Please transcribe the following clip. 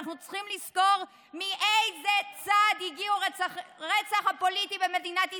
אנחנו צריכים לזכור מאיזה צד הגיע הרצח הפוליטי במדינת ישראל.